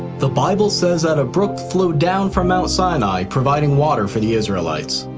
the bible says that a brook flowed down from mount sinai, providing water for the israelites.